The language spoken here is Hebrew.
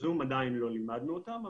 זום עדיין לא לימדנו אותם,